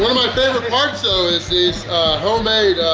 my favorite parts though is these homemade,